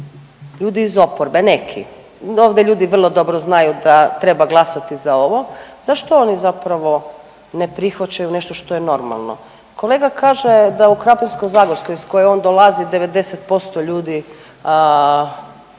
ljudi iz oporbe neki, ovdje ljudi vrlo dobro znaju da treba glasati za ovo, zašto oni zapravo ne prihvaćaju nešto što je normalno? Kolega kaže da u Krapinsko-zagorskoj iz koje on dolazi 90% ljudi